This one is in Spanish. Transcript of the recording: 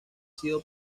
sido